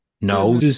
No